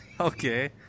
Okay